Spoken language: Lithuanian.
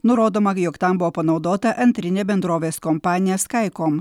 nurodoma jog tam buvo panaudota antrinė bendrovės kompanija skaikom